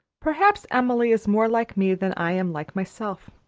perhaps emily is more like me than i am like myself.